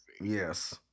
Yes